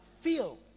feel